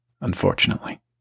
unfortunately